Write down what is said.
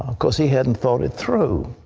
um because he hadn't thought it through.